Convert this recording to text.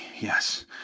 yes